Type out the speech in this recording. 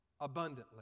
abundantly